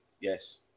Yes